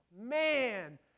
Man